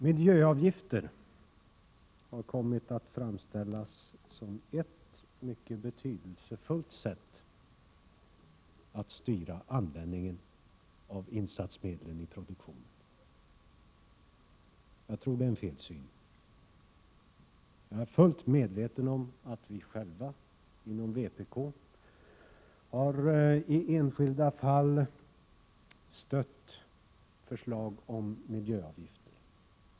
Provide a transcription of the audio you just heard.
Miljöavgifter har kommit att framställas som ett mycket betydelsefullt sätt att styra användningen av insatsmedlen i produktionen. Jag tror att det är en felsyn. Men jag är fullt medveten om att vi själva, inom vpk, i enskilda fall har stött förslag om miljöavgifter.